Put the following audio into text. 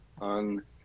on